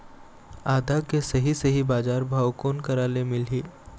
आदा के सही सही बजार भाव कोन करा से मिलही?